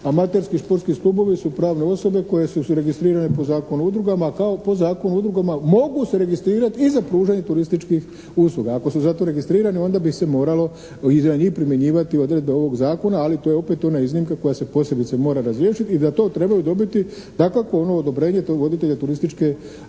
Amaterski športski klubovi su pravne osobe koje su registrirane po Zakonu o udrugama kao podzakon o udrugama mogu se registrirati i za pružanje turističkih usluga. Ako su za to registrirani onda bi se moralo i za njih primjenjivati odredbe ovog zakona ali to je opet ona iznimka koja se posebice mora razriješiti i da to trebaju dobiti dakako ono odobrenje tog voditelja turističke